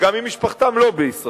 וגם אם משפחתם לא בישראל,